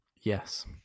Yes